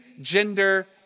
gender